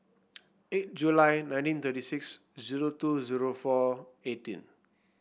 eight July nineteen thirty six zero two zero four eighteen